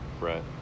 Right